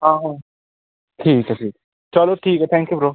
ਆਹੋ ਠੀਕ ਹੈ ਫਿਰ ਚਲੋ ਠੀਕ ਹੈ ਥੈਂਕ ਯੂ ਬਰੋ